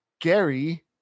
gary